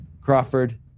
Crawford